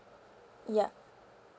ya